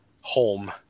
home